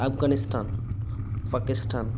Afghanistan Pakistan